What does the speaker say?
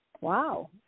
wow